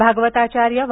भागवताचार्य वा